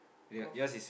golf